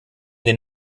den